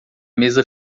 mesa